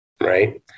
right